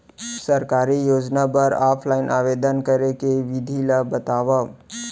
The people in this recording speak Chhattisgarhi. सरकारी योजना बर ऑफलाइन आवेदन करे के विधि ला बतावव